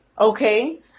Okay